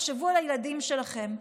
תחשבו על הילדים שלכם,